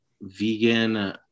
vegan